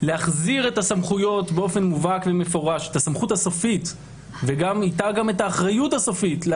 להחזיר את הסמכות הסופית ואיתה גם את האחריות הסופית באופן